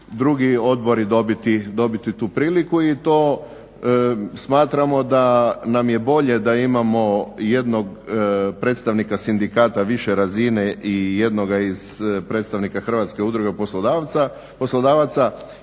drugi odbori dobiti tu priliku. I to smatramo da nam je bolje da imamo jednog predstavnika sindikata više razine i 1 iz predstavnika Hrvatske udruge poslodavaca